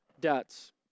debts